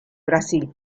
brasil